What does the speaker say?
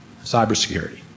cybersecurity